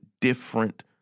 different